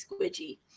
squidgy